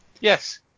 Yes